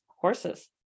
horses